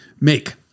Make